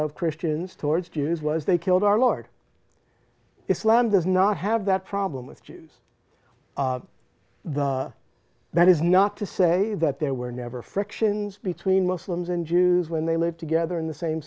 of christians towards jews was they killed our lord islam does not have that problem with jews the that is not to say that there were never frictions between muslims and jews when they lived together in the same